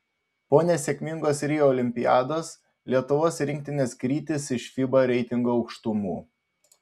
po nesėkmingos rio olimpiados lietuvos rinktinės krytis iš fiba reitingo aukštumų